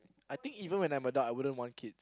I think even when I'm adult I wouldn't want kids